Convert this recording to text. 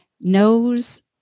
knows